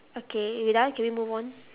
okay wait ah give me a moment